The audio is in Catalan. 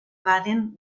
baden